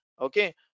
okay